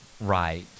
right